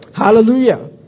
Hallelujah